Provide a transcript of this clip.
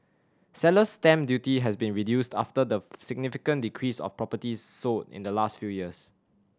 seller's stamp duty has been reduced after the significant decrease of properties sold in the last few years